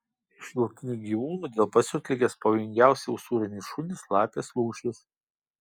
iš laukinių gyvūnų dėl pasiutligės pavojingiausi usūriniai šunys lapės lūšys